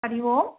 Hari Om